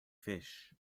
fish